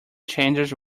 changes